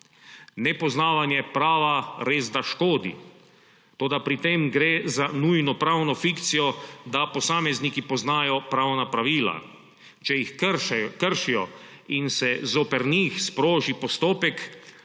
Nepoznavanje prava resda škodi, toda pri tem gre za nujno pravno fikcijo, da posamezniki poznajo pravna pravila. Če jih kršijo in se zoper njih sproži postopek,